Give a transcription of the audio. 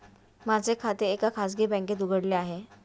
माझे खाते एका खाजगी बँकेत उघडले आहे